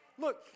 Look